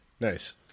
Nice